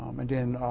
um and again,